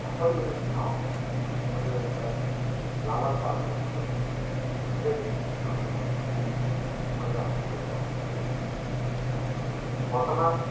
पारिवरिक धाउनु पारिवारिकलाई लालन गर्नु पनि धेरै सामना गर्नु पर्ने मैले आफ्नो जीवनमा अनुभव गरेँ वर्तमान